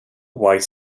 white